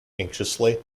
anxiously